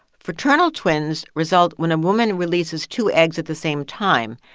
fraternal twins result when a woman releases two eggs at the same time,